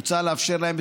מוצע לאפשר להם,